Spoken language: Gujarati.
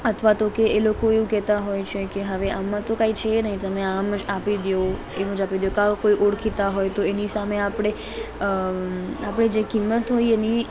અથવા તો કે એ લોકો એવું કહેતા હોય છે કે હવે આમાં તો કાંઈ છે નહીં તમે આમ જ આપી દો એમ જ આપી દો કાં કોઈ ઓળખીતા હોય તો એની સામે આપણે અ આપણે જે કિંમત હોય એની એ